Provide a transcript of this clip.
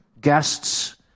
guests